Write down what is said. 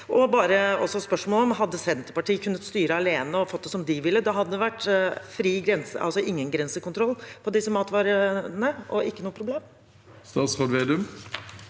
så spørsmålet: Hadde Senterpartiet kunnet styre alene og fått det som de ville, hadde det da ikke vært noen grensekontroll for disse matvarene og ikke noe problem? Statsråd Trygve